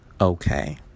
okay